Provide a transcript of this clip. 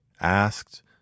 asked